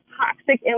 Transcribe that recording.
toxic